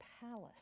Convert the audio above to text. palace